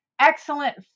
excellent